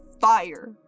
fire